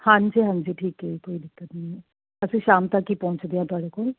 ਹਾਂਜੀ ਹਾਂਜੀ ਠੀਕ ਹ ਜੀ ਕੋਈ ਦਿੱਕਤ ਨਹੀਂ ਅਸੀਂ ਸ਼ਾਮ ਤੱਕ ਹੀ ਪਹੁੰਚਦੇ ਆ ਤੁਹਾਡੇ ਕੋਲ